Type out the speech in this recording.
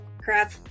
crap